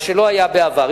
מה שלא היה בעבר.